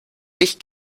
ich